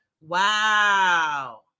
Wow